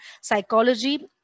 psychology